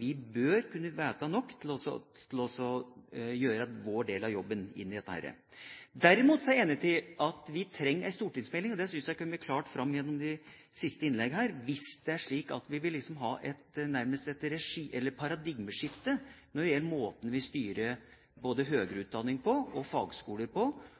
Vi bør vite nok om dette til å gjøre vår del av jobben. Derimot er jeg enig i at vi trenger en stortingsmelding, og det synes jeg har kommet klart fram gjennom de siste innleggene her, hvis det er slik at vi nærmest vil ha et paradigmeskifte når det gjelder måten vi styrer både høyere utdanning, fagskoler og videregående skoler på.